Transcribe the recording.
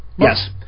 Yes